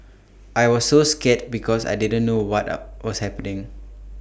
I was so scared because I didn't know what up was happening